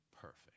perfect